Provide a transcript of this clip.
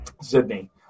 Sydney